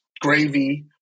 gravy